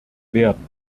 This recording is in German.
werden